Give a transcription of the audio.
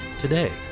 today